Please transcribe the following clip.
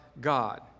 God